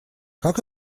как